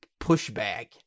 pushback